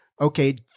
okay